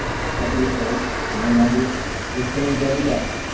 it's a couple weeks old and our numbers will change every day.